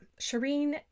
Shireen